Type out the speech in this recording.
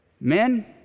men